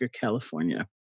California